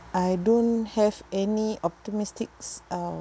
I don't have any optimistics uh